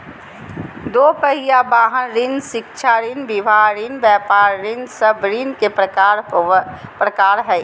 दू पहिया वाहन ऋण, शिक्षा ऋण, विवाह ऋण, व्यापार ऋण सब ऋण के प्रकार हइ